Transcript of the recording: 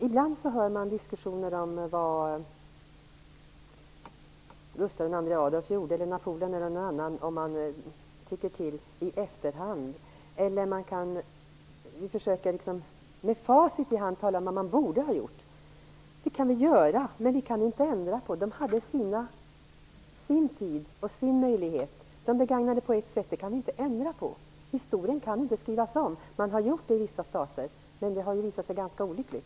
Ibland i diskussioner om vad Gustaf II Adolf eller Napoleon gjorde tycker man till och i efterhand med facit i handen försöker tala om hur de borde ha gjort. Det kan vi göra, men vi kan inte ändra på något. De hade sin möjlighet i sin tid som de begagnade på sitt sätt. Det kan vi inte ändra på. Historien kan inte skrivas om. Man har gjort det i vissa stater, men det har visat sig ganska olyckligt.